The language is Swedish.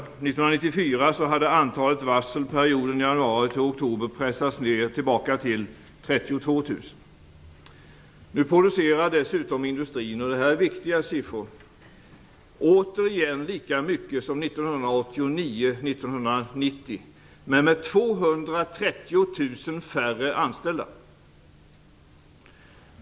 1994 hade antalet varsel under perioden januari-oktober pressats tillbaka till 32 000. Nu producerar dessutom industrin återigen - och det här är viktiga siffror - lika mycket som 1989-1990, men med 230 000 färre anställda.